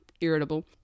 irritable